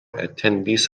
etendis